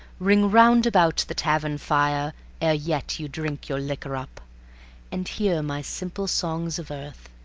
ring round about the tavern fire ere yet you drink your liquor up and hear my simple songs of earth,